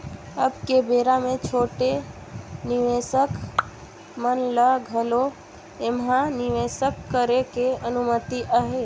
अब के बेरा मे छोटे निवेसक मन ल घलो ऐम्हा निवेसक करे के अनुमति अहे